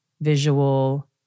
visual